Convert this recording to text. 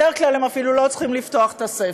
בדרך כלל הם אפילו לא צריכים לפתוח את הספר.